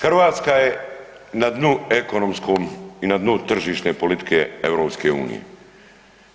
Hrvatska je na dnu ekonomskom i na dnu tržišne politike EU-a.